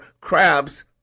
crabs